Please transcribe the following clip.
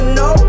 no